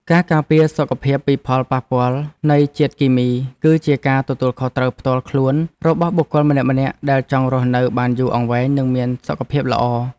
ការការពារសុខភាពពីផលប៉ះពាល់នៃជាតិគីមីគឺជាការទទួលខុសត្រូវផ្ទាល់ខ្លួនរបស់បុគ្គលម្នាក់ៗដែលចង់រស់នៅបានយូរអង្វែងនិងមានសុខភាពល្អ។